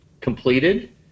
completed